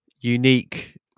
unique